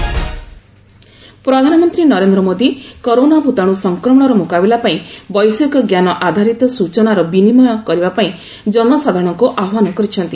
PM corona virus ପ୍ରଧାନମନ୍ତ୍ରୀ Narendra Modi corona ଭୂତାଣୁ ସଂକ୍ରମଣର ମୁକାବିଲା ପାଇଁ ବୈଷୟିକ ଜ୍ଞାନ ଆଧାରିତ ସୂଚନାର ବିନିମୟ କରିବା ପାଇଁ ଜନସାଧାରଣଙ୍କୁ ଆହ୍ପାନ କରିଛନ୍ତି